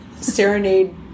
serenade